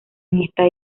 esta